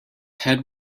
head